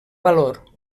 valor